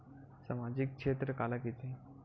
सामजिक क्षेत्र काला कइथे?